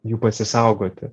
jų pasisaugoti